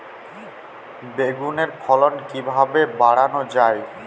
বেগুনের ফলন কিভাবে বাড়ানো যায়?